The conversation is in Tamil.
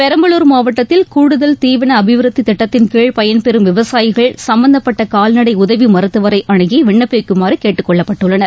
பெரம்பலூர் மாவட்டத்தில் கூடுதல் தீவன அபிவிருத்தி திட்டத்தின்கீழ் பயன்பெறும் விவசாயிகள் சம்மந்தப்பட்ட கால்நடை உதவி மருத்துவரை அணுகி விண்ணப்பிக்குமாறு கேட்டுக்கொள்ளப்பட்டுள்ளனர்